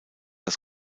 das